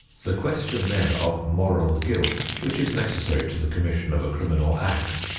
the question then of moral guilt, which is necessary to the commission of a criminal act,